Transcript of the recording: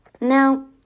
now